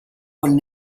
quello